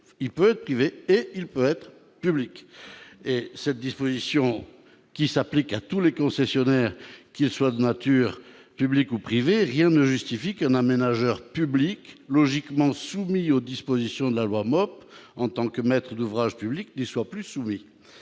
puisse être privé ou public. Cette disposition s'applique à tous les concessionnaires, qu'ils soient publics ou privés. Rien ne justifie qu'un aménageur public logiquement soumis aux dispositions de la loi en tant que maître d'ouvrage public n'y soit plus soumis.